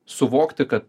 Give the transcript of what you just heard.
suvokti kad